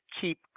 keep